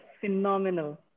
phenomenal